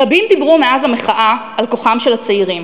רבים דיברו מאז המחאה על כוחם של הצעירים.